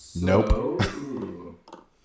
Nope